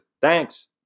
Thanks